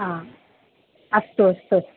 हा अस्तु अस्तु अस्तु